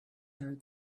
her